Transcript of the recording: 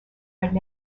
are